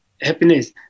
Happiness